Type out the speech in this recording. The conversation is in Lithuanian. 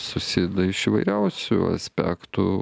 susideda iš įvairiausių aspektų